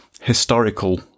historical